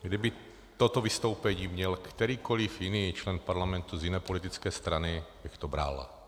Kdyby toto vystoupení měl kterýkoli jiný člen Parlamentu z jiné politické strany, tak bych to bral.